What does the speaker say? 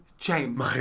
James